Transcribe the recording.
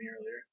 earlier